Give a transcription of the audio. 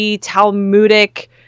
talmudic